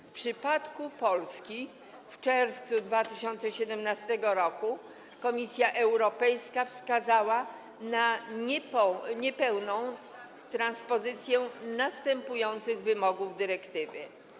W przypadku Polski w czerwcu 2017 r. Komisja Europejska wskazała na niepełną transpozycję następujących wymogów dyrektywy.